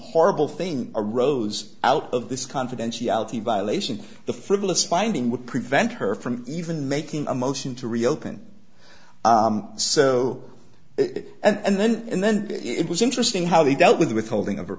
horrible thing arose out of this confidentiality violation the frivolous finding would prevent her from even making a motion to reopen so it and then and then it was interesting how they dealt with withholding o